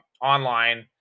online